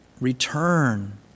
return